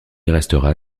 restera